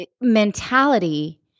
mentality